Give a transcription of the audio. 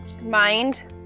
mind